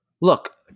look